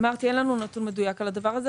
אמרתי: אין לנו נתון מדויק על הדבר הזה.